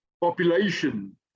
population